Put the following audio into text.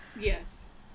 Yes